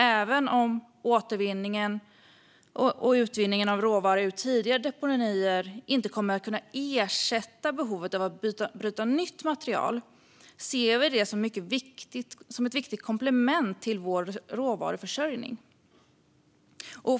Även om återvinning och utvinning av råvara ur tidigare deponier inte kommer att kunna ersätta behovet av att bryta nytt material ser vi detta som ett mycket viktigt komplement till vår råvaruförsörjning.